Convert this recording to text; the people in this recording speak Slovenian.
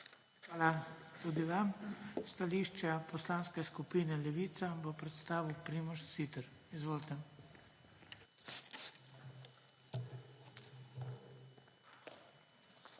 Hvala tudi vam. Stališče Poslanske skupine Levica bo predstavil Primož Siter. Izvolite.